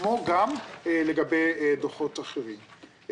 כמו גם לגבי דוחות אחרים.